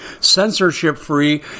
censorship-free